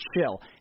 chill